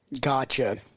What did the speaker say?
Gotcha